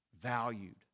Valued